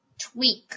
tweak